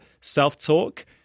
self-talk